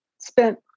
spent